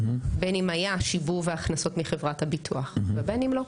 בין אם היה שיבוב והכנסות מחברת הביטוח ובין אם לא.